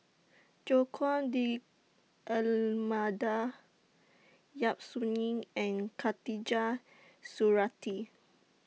Joaquim D'almeida Yap Su Yin and Khatijah Surattee